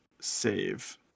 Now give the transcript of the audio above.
save